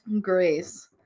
Grace